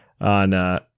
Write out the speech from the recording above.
on